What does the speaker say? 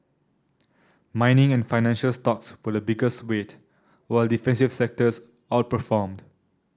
mining and financial stocks were the biggest weight while defensive sectors outperformed